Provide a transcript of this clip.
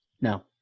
No